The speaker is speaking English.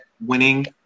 winning